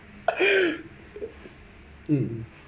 mm